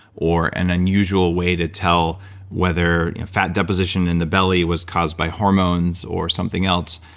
or an unusual way to tell whether fat deposition in the belly was caused by hormones or something else.